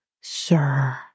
sir